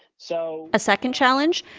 so. a second challenge?